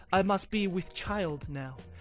i must be with child now.